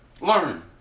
Learn